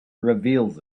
reveals